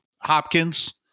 Hopkins